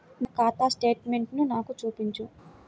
నా ఖాతా స్టేట్మెంట్ను నాకు చూపించు